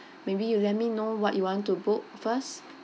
maybe you let me know what you want to book first